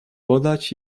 podać